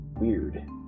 weird